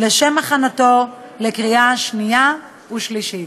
לשם הכנתו לקריאה שנייה ושלישית.